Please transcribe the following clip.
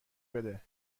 بده